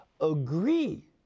agree